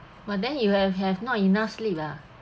but then you have have not enough sleep ah